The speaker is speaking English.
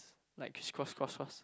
like cross cross cross